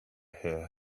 hear